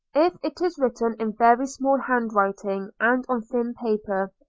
if it is written in very small handwriting and on thin paper,